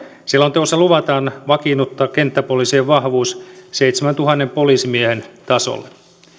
selonteossa luvataan vakiinnuttaa kenttäpoliisien vahvuus seitsemäntuhannen poliisimiehen tasolle